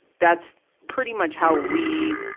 that's pretty much how we,